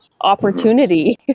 opportunity